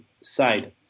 side